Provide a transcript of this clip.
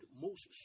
Moses